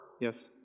Yes